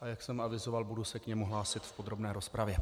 A jak jsem avizoval, budu se k němu hlásit v podrobné rozpravě.